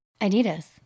Adidas